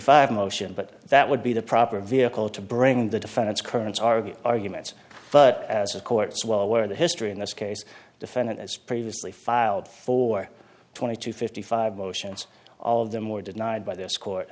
five motion but that would be the proper vehicle to bring the defendants currents are the arguments but as the courts well aware of the history in this case defendant has previously filed for twenty to fifty five motions all of them were denied by this court